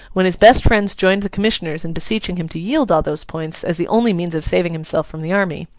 when his best friends joined the commissioners in beseeching him to yield all those points as the only means of saving himself from the army,